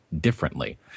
differently